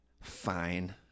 fine